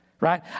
Right